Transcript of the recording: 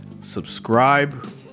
subscribe